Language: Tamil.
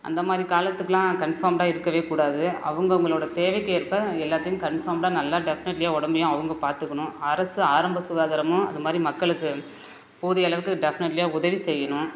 அந்த மாதிரி காலத்துக்கெலாம் கன்ஃபார்ம்டாக இருக்கவே கூடாது அவங்கவுங்களோட தேவைக்கு ஏற்ப எல்லாத்தையும் கன்ஃபார்ம்டாக நல்லா டெஃப்னெட்லியாக உடம்பையும் அவங்க பார்த்துக்கணும் அரசு ஆரம்ப சுகாதாரமும் அது மாதிரி மக்களுக்கு போதிய அளவுக்கு டெஃப்னெட்லியாக உதவி செய்யணும்